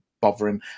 bothering